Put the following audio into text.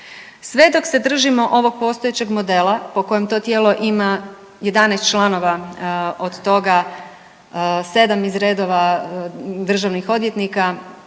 Sve dok se držimo ovog postojećeg modela po kojem to tijelo ima 11 članova od toga 7 iz redova državnih odvjetnika,